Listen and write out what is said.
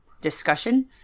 discussion